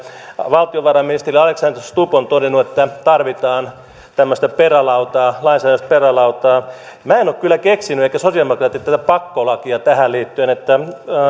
valtiovarainministeri alexander stubb on todennut että tarvitaan tämmöistä perälautaa lainsäädännöllistä perälautaa minä en ole kyllä keksinyt eivätkä sosialidemokraatit tätä pakkolakia tähän liittyen